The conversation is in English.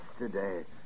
yesterday